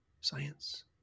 Science